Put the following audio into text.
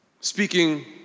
speaking